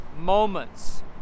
moments